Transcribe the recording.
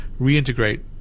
reintegrate